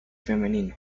femenino